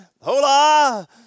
Hola